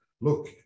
look